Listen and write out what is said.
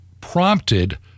prompted